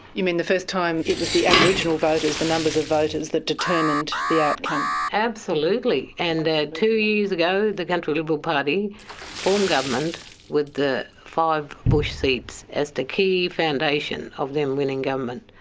you mean the first time it was the aboriginal voters, the numbers of voters that determined the outcome. absolutely! and two years ago the country liberal party formed government with the five bush seats as the key foundation of them winning government.